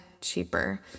cheaper